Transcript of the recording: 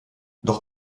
doch